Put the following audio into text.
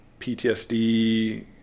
PTSD